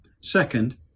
Second